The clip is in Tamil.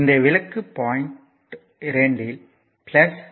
இந்த விளக்கு பாயிண்ட் 2 யில் ஆகும்